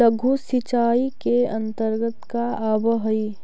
लघु सिंचाई के अंतर्गत का आव हइ?